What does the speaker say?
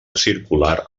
circular